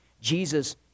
Jesus